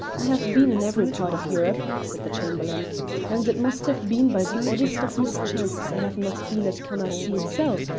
i have been in every part of europe, said the chamberlain and it must have been by the oddest of mischances i have not been at cammercy itself,